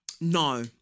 no